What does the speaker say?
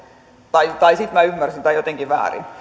tai tai sitten minä ymmärsin tämän jotenkin väärin